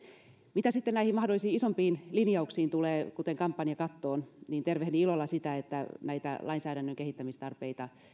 mitä sitten näihin mahdollisiin isompiin linjauksiin tulee kuten kampanjakattoon niin tervehdin ilolla sitä että näitä lainsäädännön kehittämistarpeita